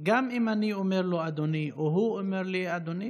שגם אם אני אומר לו "אדוני" או הוא אומר לי "אדוני",